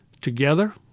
together